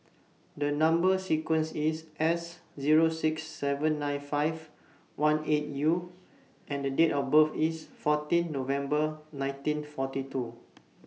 The Number sequence IS S Zero six seven nine five one eight U and The Date of birth IS fourteen November nineteen forty two